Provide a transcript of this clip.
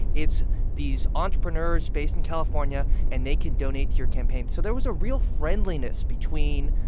it's these entrepreneurs based in california. and they can donate to your campaign. so there was a real friendliness between